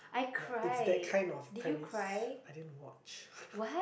ya it's that kind of premise I didn't watch